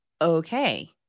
okay